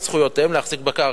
את זכויותיהם להחזיק בקרקע".